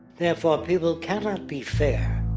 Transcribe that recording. therefore, people cannot be fair.